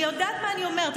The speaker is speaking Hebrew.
אני יודעת מה אני אומרת.